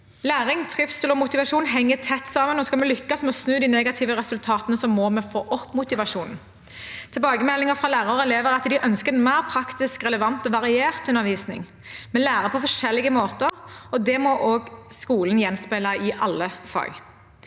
Læring, trivsel og motivasjon henger tett sammen, og skal vi lykkes med å snu de negative resultatene, må vi få opp motivasjonen. Tilbakemeldinger fra lærere og elever er at de ønsker en mer praktisk, relevant og variert undervisning. Vi lærer på forskjellige måter, og det må også skolen gjenspeile i alle fag.